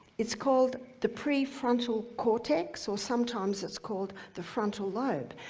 it's called the prefrontal cortex, or, sometimes, it's called the frontal lobe.